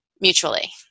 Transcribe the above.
mutually